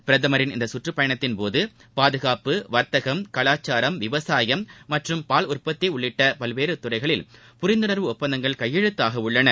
பிரதமரின் இந்த கற்றுப் பயனத்தின்போது பாதுகாப்பு வர்த்தகம் கலாச்சாரம் விவசாயம் மற்றும் பால் உற்பத்தி உள்ளிட்ட பல்வேறு துறைகளில் புரிந்துணர்வு ஒப்பந்தங்கள் கையெழுத்தாக உள்ளன